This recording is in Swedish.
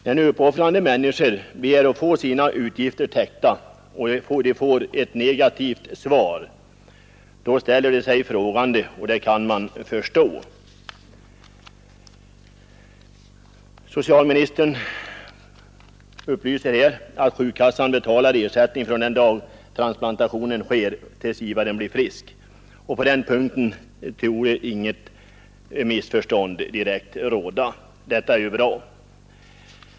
När nu uppoffrande människor begär att få sina utgifter täckta men får ett negativt svar ställer de sig frågande, och det kan man förstå. Socialministern upplyser här om att sjukkassan betalar ersättning från den dag transplantationen sker tills givaren blir frisk, och på den punkten torde inget direkt missförstånd råda. Detta är ju bra.